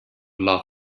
love